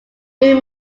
new